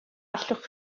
allwch